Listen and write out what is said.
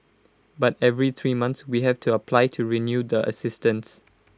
but every three months we have to apply to renew the assistance